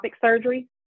surgery